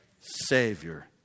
Savior